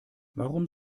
warum